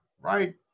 right